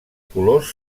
colors